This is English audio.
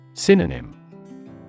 Synonym